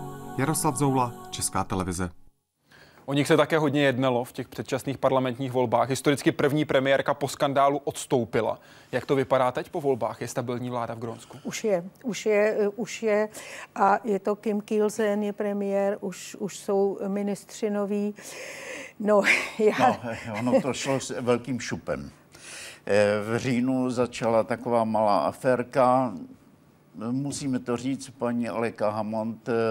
Jaroslav Zoula, Česká televize. O nich se také hodně jednalo v těch předčasných parlamentních volbách. Historicky první premiérka po skandálu odstoupila. Jak to vypadá teď po volbách? Je stabilní vláda v Grónsku? Už je, už je, eh, už je. A je to Kim Kielsen, je premiér, už- už jsou ministři noví. No, já- No, eh, ono to šlo s velkým šupem. Eh, v říjnu začala taková malá aférka. Musíme to říct, paní Aleka Hammond,